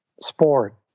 sport